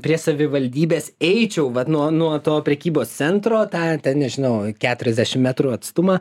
prie savivaldybės eičiau vat nuo nuo to prekybos centro tą ten nežinau keturiasdešim metrų atstumą